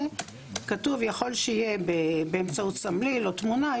כתוב: יכול להיות שיהיה באמצעות סמליל או תמונה.